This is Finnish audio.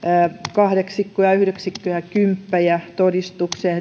kahdeksikkoja yhdeksikköjä kymppejä todistukseen